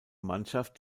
mannschaft